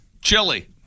chili